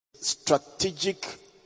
Strategic